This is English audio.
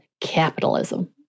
capitalism